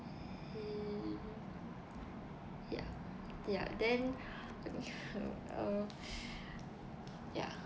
mm yeah yeah then uh yeah